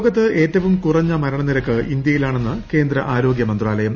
ലോകത്ത് ഏറ്റവും കുറഞ്ഞ മരണനിരക്ക് ഇന്ത്യയിലാണെന്ന് കേന്ദ്ര ആരോഗ്യ മന്ത്രാലയം